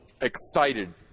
excited